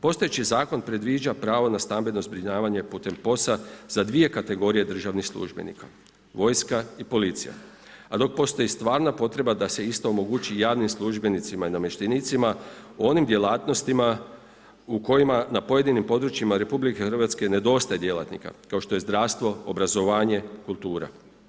Postojeći zakon predviđa pravo na stambeno zbrinjavanje putem POS-a za dvije kategorije državnih službenika, vojska i policija a dok postoji stvarna potreba da se isto omogući javnim službenicima i namještenicima u onim djelatnostima u kojima na pojedinim područjima RH nedostaje djelatnika kao što je zdravstvo obrazovanje, kultura.